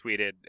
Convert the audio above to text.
tweeted